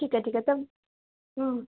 ठीकु आहे ठीकु आहे त हम्म